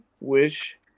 wish